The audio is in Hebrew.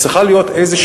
צריכה להיות איזו,